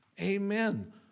Amen